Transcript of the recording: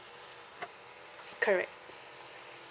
correct